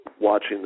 watching